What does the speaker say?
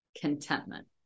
contentment